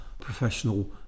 professional